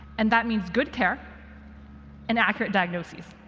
and that means good care and accurate diagnoses.